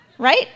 Right